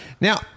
Now